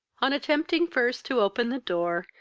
on attempting first to open the door,